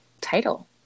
title